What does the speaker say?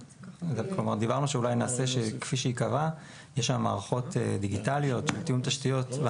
דיברנו שאולי נעשה שכפי שייקבע יש שם מערכות דיגיטליות של תיאום תשתיות.